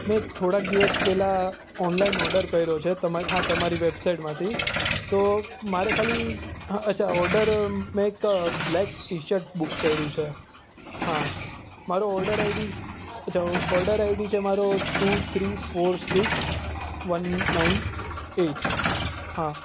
મેં થોડાક દિવસ પહેલાં ઓનલાઇન ઓર્ડર કર્યો છે તમા હા તમારી વેબસાઇટમાંથી તો મારે ખાલી અ અચ્છા ઓર્ડર મેં એક બ્લેક ટી શર્ટ બુક કર્યું છે હા મારો ઓર્ડર આઇડી અચ્છા ઓર્ડર આઇડી છે મારો two three four six one nine eight હા